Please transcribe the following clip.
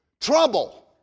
Trouble